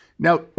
Now